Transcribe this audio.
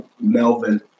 Melvin